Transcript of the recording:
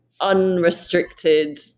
unrestricted